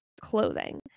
Clothing